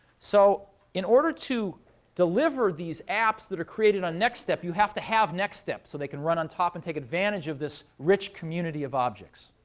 so in order to deliver these apps that are created on the nextstep, you have to have nextstep so they can run on top and take advantage of this rich community of objects.